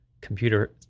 computer